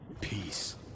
Peace